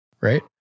right